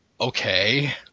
okay